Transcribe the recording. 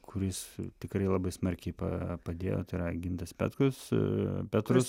kuris tikrai labai smarkiai pa padėjo tai yra gintas petkus petrus